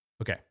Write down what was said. Okay